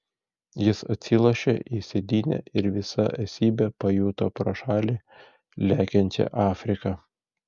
jis atsilošė į sėdynę ir visa esybe pajuto pro šalį lekiančią afriką